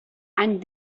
and